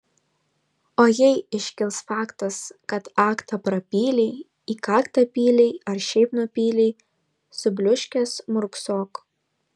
o jei iškils faktas kad aktą prapylei į kaktą pylei ar šiaip nupylei subliūškęs murksok